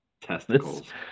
testicles